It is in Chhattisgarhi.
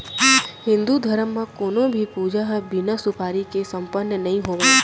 हिन्दू धरम म कोनों भी पूजा ह बिना सुपारी के सम्पन्न नइ होवय